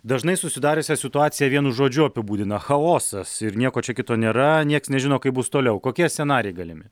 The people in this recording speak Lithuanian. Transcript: dažnai susidariusią situaciją vienu žodžiu apibūdina chaosas ir nieko čia kito nėra nieks nežino kaip bus toliau kokie scenarijai galimi